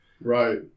right